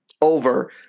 over